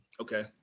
okay